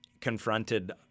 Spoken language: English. confronted